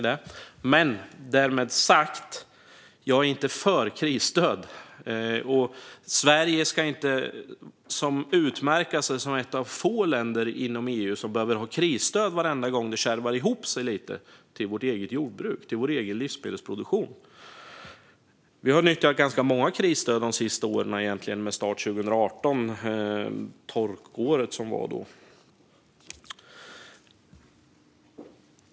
Men med det sagt - jag är inte för krisstöd, och Sverige ska inte utmärka sig som ett av få länder inom EU som behöver krisstöd till sitt eget jordbruk och till sin egen livsmedelsproduktion varenda gång det kärvar ihop sig lite. Vi har nyttjat ganska många krisstöd de senaste åren, med start 2018 då det var torrår. Herr talman!